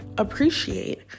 appreciate